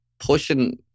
pushing